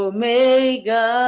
Omega